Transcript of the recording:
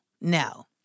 no